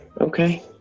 okay